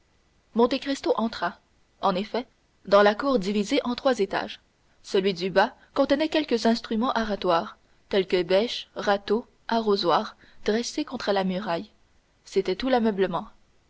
suis monte cristo entra en effet dans la cour divisée en trois étages celui du bas contenait quelques instruments aratoires tels que bêches râteaux arrosoirs dressés contre la muraille c'était tout l'ameublement